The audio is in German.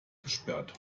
gesperrt